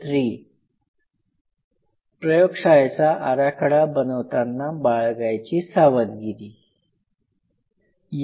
"प्रयोगशाळेचा आराखडा बनवताना बाळगायची सावधगिरी"